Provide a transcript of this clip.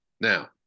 Now